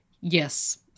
Yes